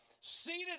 seated